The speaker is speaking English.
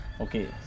Okay